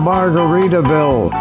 Margaritaville